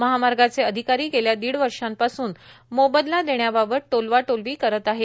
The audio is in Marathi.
महामार्गाचे अधिकारी गेल्या दीड वर्षांपासून मोबदला देण्याबाबत टोलवाटोलवी करीत आहे